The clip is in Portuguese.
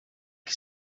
que